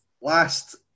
last